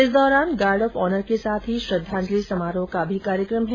इस दौरान guard of honour के साथ ही श्रद्वांजलि समारोह का भी कार्यक्रम है